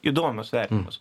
įdomius vertinimus